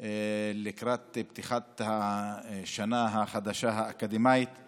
לקראת פתיחת השנה האקדמית החדשה.